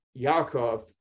Yaakov